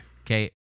Okay